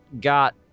got